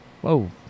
whoa